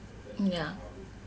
mm ya